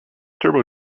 turbo